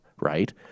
right